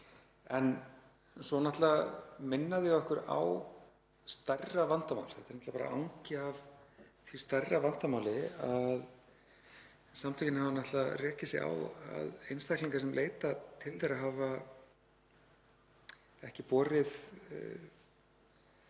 En svo minna þau okkur á stærra vandamál, þetta er bara angi af stærra vandamáli en samtökin hafa náttúrlega rekið sig á að einstaklingar sem leita til þeirra hafa ekki borið